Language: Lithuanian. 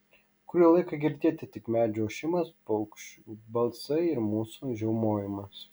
kurį laiką girdėti tik medžių ošimas paukščių balsai ir mūsų žiaumojimas